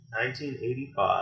1985